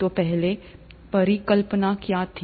तो पहली परिकल्पना क्या थी